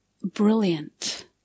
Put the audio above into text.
brilliant